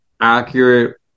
accurate